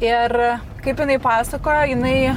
ir kaip jinai pasakojo jinai